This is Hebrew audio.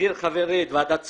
הזכיר חברי את ועדת סגיס.